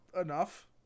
Enough